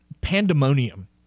pandemonium